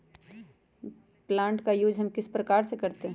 Plant का use हम किस प्रकार से करते हैं?